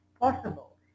possible